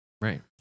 right